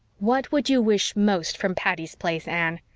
what would you wish most from patty's place, anne?